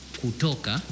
kutoka